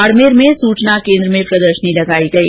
बाड़मेर में सूचना केन्द्र में प्रदर्शनी लगाई गई